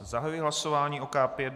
Zahajuji hlasování o K5.